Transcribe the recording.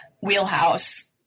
wheelhouse